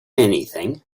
anything